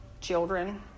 children